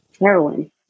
heroin